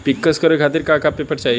पिक्कस करे खातिर का का पेपर चाही?